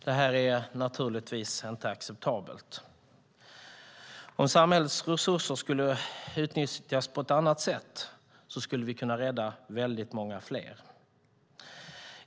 Detta är naturligtvis inte acceptabelt. Om samhällets resurser skulle utnyttjas på ett annat sätt skulle vi kunna rädda många fler.